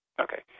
okay